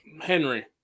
Henry